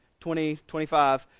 2025